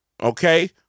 Okay